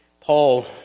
Paul